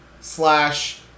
slash